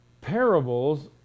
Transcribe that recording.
parables